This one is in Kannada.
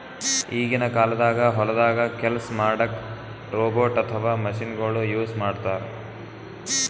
ಈಗಿನ ಕಾಲ್ದಾಗ ಹೊಲ್ದಾಗ ಕೆಲ್ಸ್ ಮಾಡಕ್ಕ್ ರೋಬೋಟ್ ಅಥವಾ ಮಷಿನಗೊಳು ಯೂಸ್ ಮಾಡ್ತಾರ್